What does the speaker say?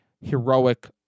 heroic